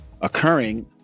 occurring